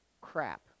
crap